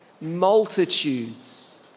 Multitudes